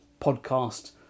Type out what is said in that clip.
podcast